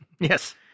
Yes